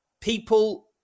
people